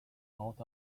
out